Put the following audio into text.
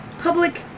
public